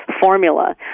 formula